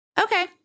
Okay